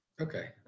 Okay